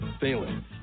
failing